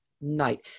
night